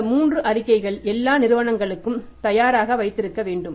இந்த 3 அறிக்கைகள் எல்லா நிறுவனங்களுக்கும் தயாராக வைத்திருக்க வேண்டும்